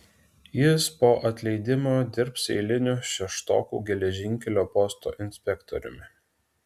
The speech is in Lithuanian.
jis po atleidimo dirbs eiliniu šeštokų geležinkelio posto inspektoriumi